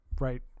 right